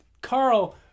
carl